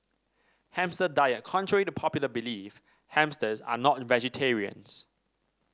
hamster diet contrary to popular belief hamsters are not vegetarians